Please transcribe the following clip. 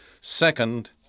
Second